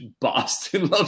Boston